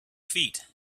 feet